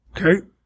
Okay